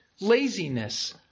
laziness